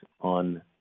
on